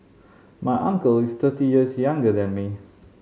my uncle is thirty years younger than me